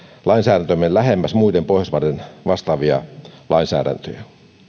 lainsäädäntömme lähemmäs muiden pohjoismaiden vastaavia lainsäädäntöjä